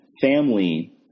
Family